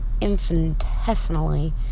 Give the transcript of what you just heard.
infinitesimally